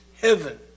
heaven